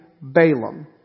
Balaam